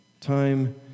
Time